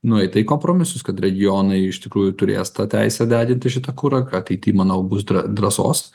nueita į kompromisus kad regionai iš tikrųjų turės tą teisę deginti šitą kurą ateity manau bus drąsos